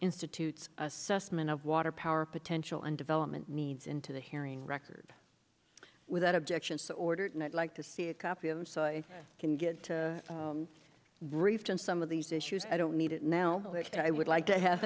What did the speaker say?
institutes assessment of water power potential and development needs into the hearing record without objection so ordered and i'd like to see a copy of it i can get briefed on some of these issues i don't need it now which i would like to have